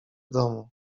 domu